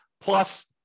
plus